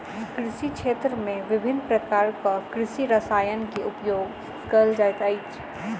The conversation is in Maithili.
कृषि क्षेत्र में विभिन्न प्रकारक कृषि रसायन के उपयोग कयल जाइत अछि